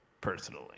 personally